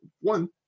one